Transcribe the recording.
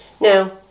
Now